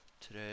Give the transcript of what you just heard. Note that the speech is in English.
today